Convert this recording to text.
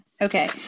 Okay